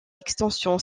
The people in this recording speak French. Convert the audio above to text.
extension